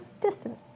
distant